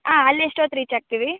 ಹಾಂ ಅಲ್ಲಿ ಎಷ್ಟೊತ್ತು ರೀಚ್ ಆಗ್ತೀವಿ